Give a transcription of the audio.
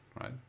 right